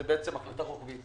זאת בעצם החלטה רוחבית